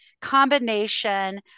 combination